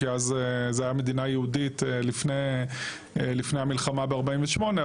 כי אז זה היה מדינה יהודית לפני המלחמה ב- 1948,